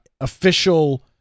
official